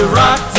rock